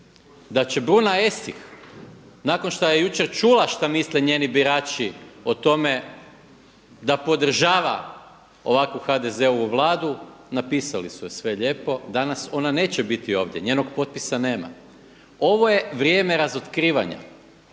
Da će Bruna Esih nakon što je jučer čula šta misle njeni birači o tome da podržava ovakvu HDZ-ovu Vladu, napisali su joj sve lijepo, danas ona neće biti ovdje, njenog potpisa nema. Ovo je vrijeme razotkrivanja.